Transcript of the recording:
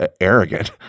arrogant